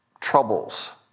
troubles